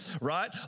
right